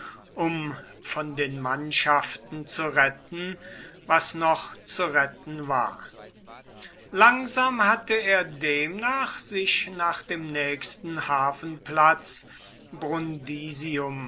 um von den mannschaften zu retten was noch zu retten war langsam hatte er demnach sich nach dem nächsten hafenplatz